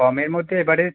কমের মধ্যে এবারে